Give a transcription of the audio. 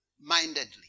mindedly